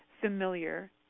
familiar